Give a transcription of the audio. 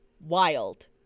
wild